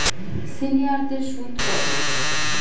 সিনিয়ারদের সুদ কত?